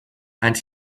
and